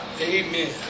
Amen